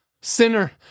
Sinner